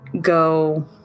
go